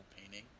painting